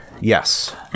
Yes